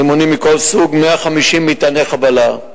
רימונים מכל סוג, 150 מטעני חבלה.